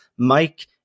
Mike